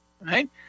right